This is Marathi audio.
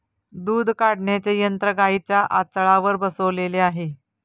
दूध काढण्याचे यंत्र गाईंच्या आचळावर बसवलेले आहे